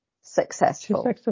successful